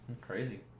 Crazy